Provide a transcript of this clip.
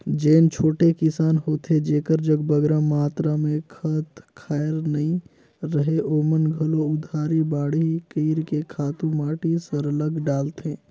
जेन छोटे किसान होथे जेकर जग बगरा मातरा में खंत खाएर नी रहें ओमन घलो उधारी बाड़ही कइर के खातू माटी सरलग डालथें